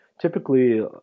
Typically